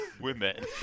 women